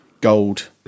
gold